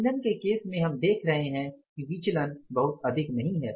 ईंधन के केस में हम देख रहे कि विचलन बहुत अधिक नहीं है